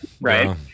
right